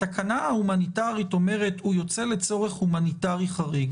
התקנה ההומניטרית אומרת: הוא יוצא לצורך הומניטרי חריג